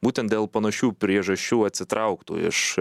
būtent dėl panašių priežasčių atsitrauktų iš